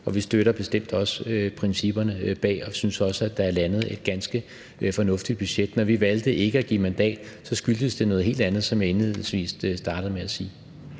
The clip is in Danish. og vi støtter bestemt også principperne bag og synes også, at der er landet et ganske fornuftigt budget. Når vi valgte ikke at give mandat, skyldtes det noget helt andet, som jeg indledningsvis startede med at sige.